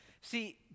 See